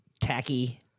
tacky